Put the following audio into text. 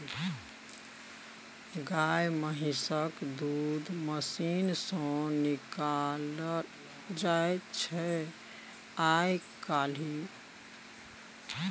गाए महिषक दूध मशीन सँ निकालल जाइ छै आइ काल्हि